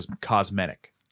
cosmetic